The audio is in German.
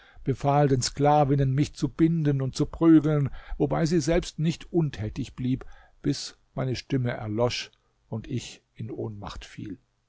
befahl den sklavinnen mich zu binden und zu prügeln wobei sie selbst nicht untätig blieb bis meine stimme erlosch und ich in ohnmacht fiel